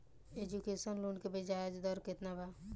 Education loan के ब्याज दर केतना बा?